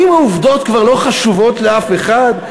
האם העובדות כבר לא חשובות לאף אחד?